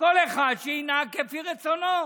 כל אחד שינהג כפי רצונו.